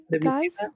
Guys